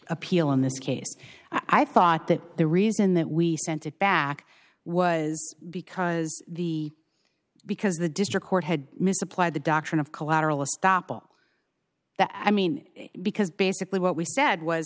appeal in this case i thought that the reason that we sent it back was because the because the district court had misapplied the doctrine of collateral estoppel that i mean because basically what we said was